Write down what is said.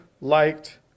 liked